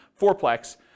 fourplex